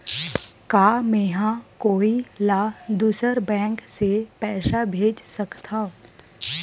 का मेंहा कोई ला दूसर बैंक से पैसा भेज सकथव?